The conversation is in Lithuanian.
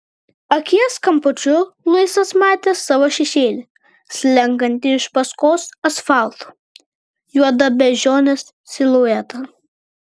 akies kampučiu luisas matė savo šešėlį slenkantį iš paskos asfaltu juodą beždžionės siluetą